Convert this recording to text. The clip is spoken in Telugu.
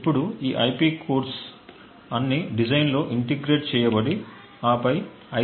ఇప్పుడు ఈ ఐపి కోర్స్ అన్ని డిజైన్లో ఇంటెగ్రేట్ చేయబడి ఆపై ఐసి తయారీకి ఉపయోగించబడతాయి